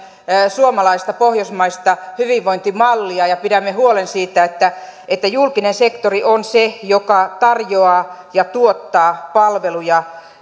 suomalaista pohjoismaista hyvinvointimallia ja ja pidämme huolen siitä että että julkinen sektori on se joka tarjoaa ja tuottaa palveluja